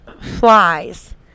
flies